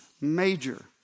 major